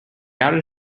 outed